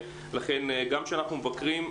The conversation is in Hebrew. לכן גם כשאנחנו מבקרים,